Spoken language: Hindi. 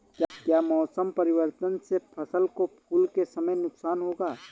क्या मौसम परिवर्तन से फसल को फूल के समय नुकसान होगा?